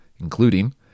including